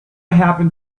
happen